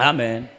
Amen